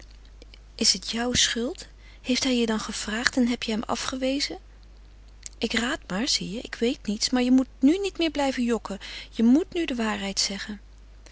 is het jouw schuld heeft hij je dan gevraagd en heb je hem afgewezen ik raad maar zie je ik weet niets maar je moet nu niet meer blijven jokken je moet nu de waarheid zeggen